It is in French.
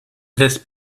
reste